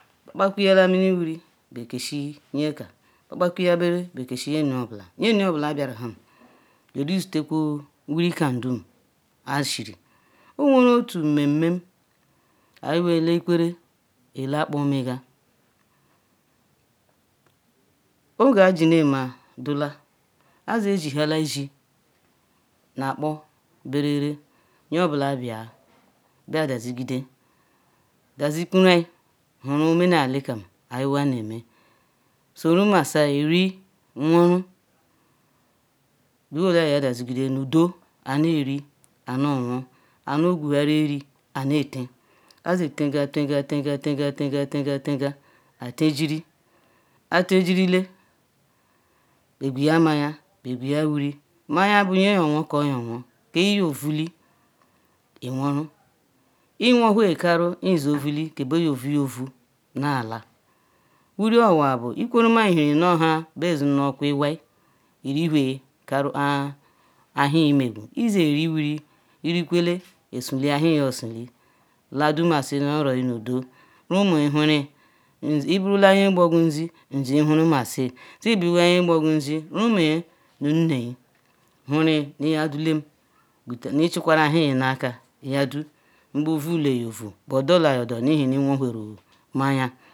bekpakuyala miniwuri bekezi nyeka bekpakuya berere bekezi nyenunyeobula nyenunyeobula nbiaruham yerisu-kwotee wurikamdum ashiri. Oweru otu nmime ayi bu ele Ikwerre ele-Akpornmega, oge ajinemeha dulu azizihala izi nu Apkor berere nyeobula bia biadazigide dazikurayi huru omenaeli kam Iyiwa neme sorumasiyi ri, worun dewholeyi yadazigidevnu udo aneri aneowa aneguwurueri aneten ayatega tenga tenga tenga tenga tenga atenjiri atejirile, beaweya maya begweya wuri, maya bu nyeyoworyowo kpo iyovule Iworu, Iwowhe garu kpo iye-ovuli kebeyovuovu na ala, eri onwa bu Ikurumaeheri obu nha bedianuoku-Iwai eriwhe garu kpo ewhi megu Iziriwuri, irikwole Isali ewhi osali Ladumasi oro nu udo Rumuyi huri Ibula nye gbogunzi nzi hurumasi, siibula nye gbogunzi Rumuyi nu nneyi huri nu Iyadule nu Ichikwara ewhi naka yadu nu bevuleovu bedoluyi odo nihe nu Iwowheru maya